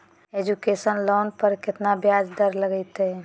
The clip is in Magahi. एजुकेशन लोन पर केतना ब्याज दर लगतई?